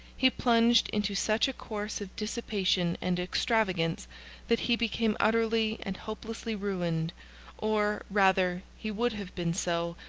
he plunged into such a course of dissipation and extravagance that he became utterly and hopelessly ruined or, rather, he would have been so,